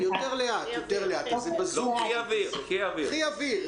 קחי אוויר.